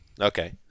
Okay